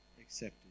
accepted